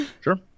Sure